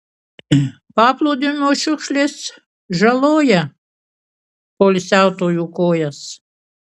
paplūdimio šiukšlės žaloja poilsiautojų kojas